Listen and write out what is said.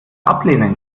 ablehnen